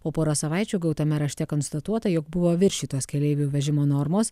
po poros savaičių gautame rašte konstatuota jog buvo viršytos keleivių vežimo normos